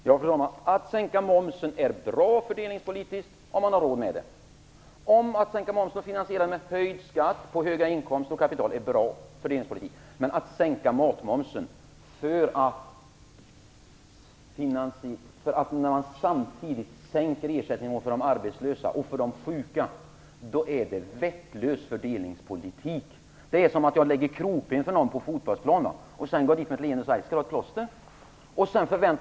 Fru talman! Att sänka momsen är fördelningspolitiskt bra, om man har råd med det. Om man finansierar momssänkningen med höjd skatt på höga inkomster och kapital är detta bra fördelningspolitik. Men att sänka matmomsen samtidigt som man sänker ersättningen för de arbetslösa och för de sjuka är vettlös fördelningspolitik. Det är som att jag skulle lägga krokben för någon på fotbollsplan och sedan med ett litet leende skulle fråga: Skall du ha ett litet plåster?